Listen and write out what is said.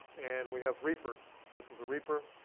and we have reapers. this is a reaper,